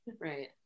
right